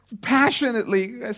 passionately